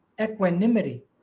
equanimity